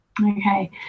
Okay